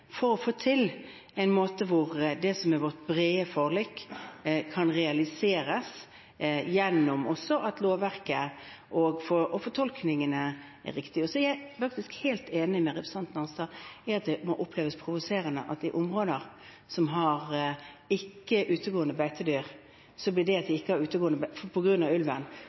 som er vårt brede forlik, kan realiseres gjennom at lovverket og fortolkningene er riktig. Jeg er faktisk helt enig med representanten Arnstad i at det må oppleves provoserende når områder som ikke har utegående beitedyr på grunn av ulven, faktisk blir et argument for at skadepotensialet blir mindre. Det betyr at